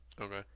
okay